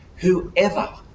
Whoever